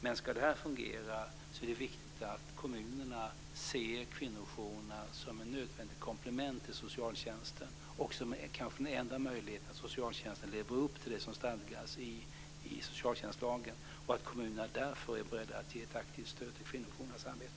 Men ska det här fungera är det viktigt att kommunerna ser kvinnojourerna som ett nödvändigt komplement till socialtjänsten, kanske är det den enda möjligheten för socialtjänsten att leva upp till det som stadgas i socialtjänstlagen, och att kommunerna därför är beredda att ge ett aktivt stöd till kvinnojourernas arbete.